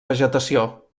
vegetació